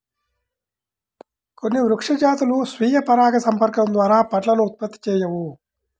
కొన్ని వృక్ష జాతులు స్వీయ పరాగసంపర్కం ద్వారా పండ్లను ఉత్పత్తి చేయవు